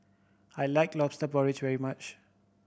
I like Lobster Porridge very much